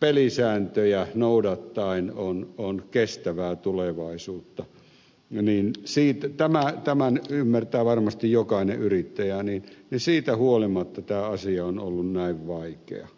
pelisääntöjä noudattaen on kestävää tulevaisuutta tämän ymmärtää varmasti jokainen yrittäjä niin siitä huolimatta tämä asia on ollut näin vaikea